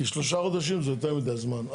כי שלושה חודשים זה יותר מידי זמן.